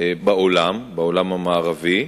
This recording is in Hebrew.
בעולם המערבי.